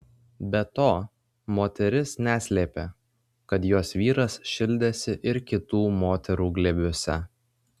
be to moteris neslėpė kad jos vyras šildėsi ir kitų moterų glėbiuose